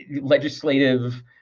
legislative